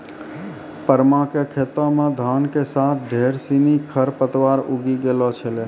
परमा कॅ खेतो मॅ धान के साथॅ ढेर सिनि खर पतवार उगी गेलो छेलै